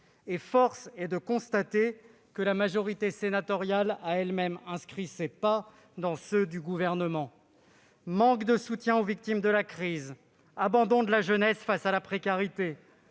Or force est de constater que la majorité sénatoriale a elle-même inscrit ses pas dans ceux du Gouvernement. Manque de soutien aux victimes de la crise, abandon de la jeunesse face à la précarité,